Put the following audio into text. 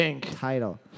title